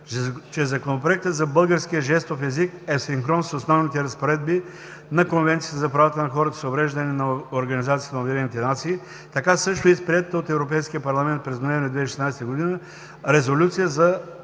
че Законопроектът за българския жестомимичесн език е в синхрон с основните разпоредби на Конвенцията за правата на хората с увреждания на ООН, така също и с приетата от Европейския парламент през ноември 2016 г. Резолюция за